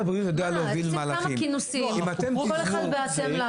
עושים כמה כינוסים, כל אחד בהתאם ל